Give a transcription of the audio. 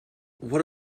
what